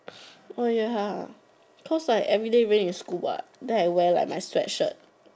oh ya cause like everyday rain in school what then I wear like my sweat shirt